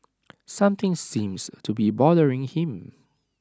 something seems to be bothering him